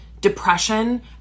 depression